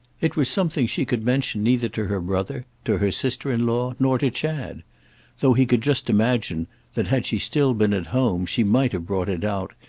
it was something she could mention neither to her brother, to her sister-in-law nor to chad though he could just imagine that had she still been at home she might have brought it out,